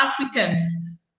Africans